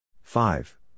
Five